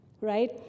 Right